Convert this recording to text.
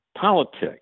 Politics